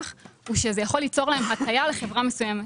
הוא שזה יכול ליצור להם הטיה לחברה מסוימת.